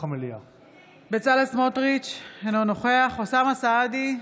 בצלאל סמוטריץ' אינו נוכח אוסאמה סעדי,